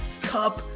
Cup